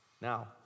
Now